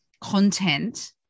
content